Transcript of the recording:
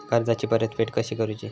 कर्जाची परतफेड कशी करूची?